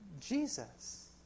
jesus